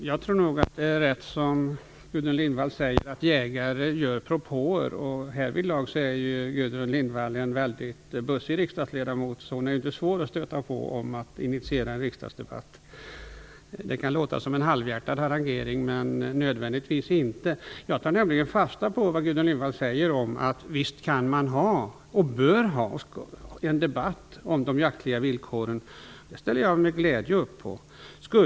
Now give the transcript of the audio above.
Fru talman! Jag tror att det som Gudrun Lindvall säger är riktigt, dvs. att jägare gör propåer. Härvidlag är Gudrun Lindvall en väldigt bussig riksdagsledamot. Det är inte svårt att stöta på henne och att be henne om att initiera en riksdagsdebatt. Det kan låta som en halvhjärtad harangering - men inte nödvändigtvis. Jag tar nämligen fasta på vad Gudrun Lindvall säger om att man visst kan, och bör, ha en debatt om de jaktliga villkoren. Jag ställer med glädje upp på det.